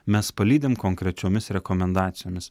mes palydim konkrečiomis rekomendacijomis